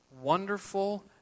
wonderful